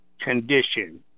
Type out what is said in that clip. condition